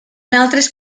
altres